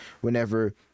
whenever